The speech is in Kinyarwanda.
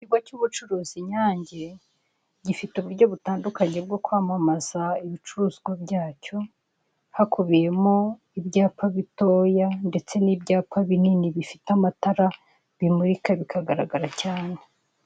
Ikigo cya ubucuruzi Inyange. gifite uburyo butandukanye bwo kwamamaza ibicuruzwa byacyo, hakubiyemo ibyapa bitoya ndetse na ibyapa binini bifite amatara bimurika bikagaragara cyane.